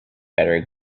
better